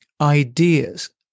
ideas